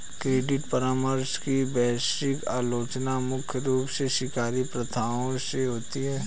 credit परामर्श की वैश्विक आलोचना मुख्य रूप से शिकारी प्रथाओं से होती है